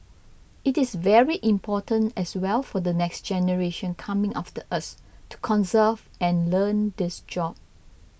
it is very important as well for the next generation coming after us to conserve and learn this job